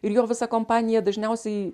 ir jo visa kompanija dažniausiai